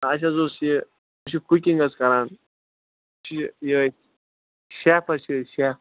اَسہِ حظ اوس یہِ أسۍ چھِ کُکِنگ حظ کران چھِ یِہٕے شٮ۪ف حظ چھِ أسۍ شٮ۪ف